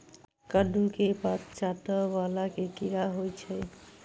कद्दू केँ पात चाटय वला केँ कीड़ा होइ छै?